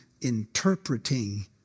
interpreting